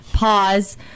pause